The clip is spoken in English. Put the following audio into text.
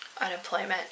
unemployment